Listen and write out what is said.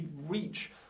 reach